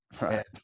Right